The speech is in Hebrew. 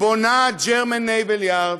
בונה German Naval Yards,